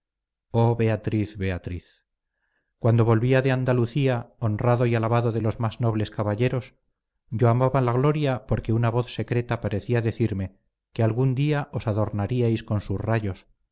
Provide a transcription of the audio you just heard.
oh beatriz beatriz cuando volvía de andalucía honrado y alabado de los más nobles caballeros yo amaba la gloria porque una voz secreta parecía decirme que algún día os adornaríais con sus rayos